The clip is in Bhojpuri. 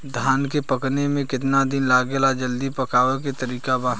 धान के पकने में केतना दिन लागेला जल्दी पकाने के तरीका बा?